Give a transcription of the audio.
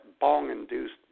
bong-induced